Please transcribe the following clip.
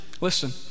listen